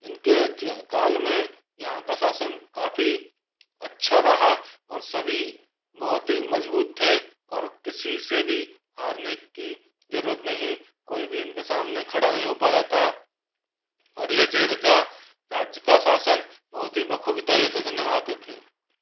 इनके इति काल में यहाँ का शासन काफ़ी अच्छा रहा और सभी बहुत ही मजबूत थे और किसी से भी हारने की ज़रूरत नहीं कोई भी इनके सामने खड़ा नहीं हो पाता था और यह राज्य का शासन बहुत ही बखूबी तरीके से निभाते थे